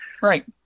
Right